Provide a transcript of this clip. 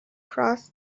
cross